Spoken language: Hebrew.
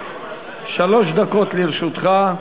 שלוש דקות לרשותך.